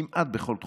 כמעט בכל תחום,